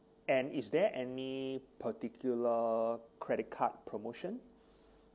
and is there any particular credit card promotion